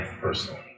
personally